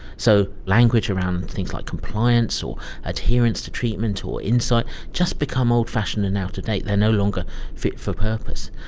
so language around things like compliance or adherence to treatment or insight just become old-fashioned and out of date, they are no longer fit for purpose.